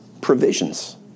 provisions